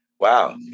Wow